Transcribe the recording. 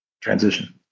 transition